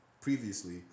previously